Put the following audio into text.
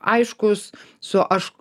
aiškus su aš